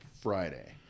Friday